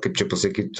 kaip čia pasakyt